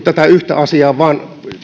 tätä yhtä asiaa vaan